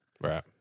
Right